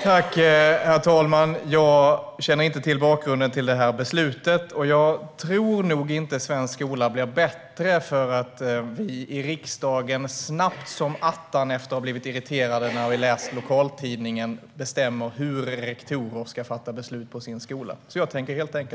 Herr talman! Jag känner inte till bakgrunden till detta beslut, men jag tror inte att svensk skola blir bättre för att vi i riksdagen snabbt som attan efter att ha blivit irriterade när vi läst lokaltidningen bestämmer hur rektorer ska fatta beslut på sin skola. Jag